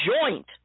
joint